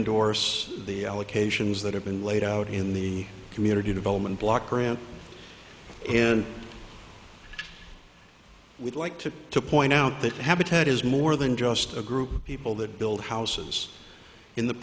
endorse the allocations that have been laid out in the community development block grant and we'd like to point out that habitat is more than just a group of people that build houses in the